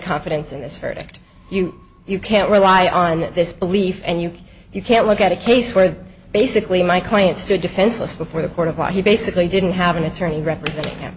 confidence in this verdict you you can't rely on this belief and you you can't look at a case where basically my client stood defenseless before the court of law he basically didn't have an attorney representing him